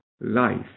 life